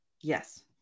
yes